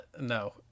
no